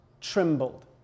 trembled